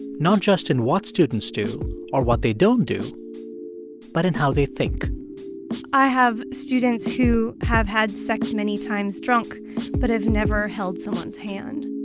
not just in what students do or what they don't do but in how they think i have students who have had sex many times drunk but have never held someone's hand